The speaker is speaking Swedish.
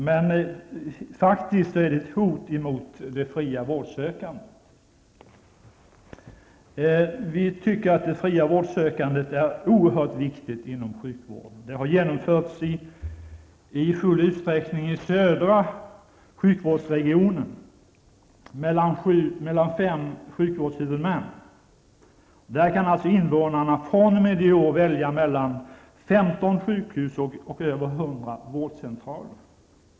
Det är i och för sig bra att utreda det. Vi tycker att det fria vårdsökandet är oerhört viktigt inom sjukvården. Det har genomförts i full utsträckning i södra sjukvårdsregionen mellan fem sjukvårdshuvudmän. Där kan invånarna fr.o.m. i år välja mellan 15 sjukhus och över 100 vårdcentraler.